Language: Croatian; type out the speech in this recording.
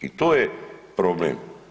I to je problem.